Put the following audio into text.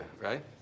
right